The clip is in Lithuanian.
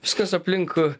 viskas aplink